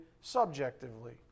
subjectively